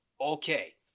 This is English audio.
Okay